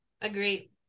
agreed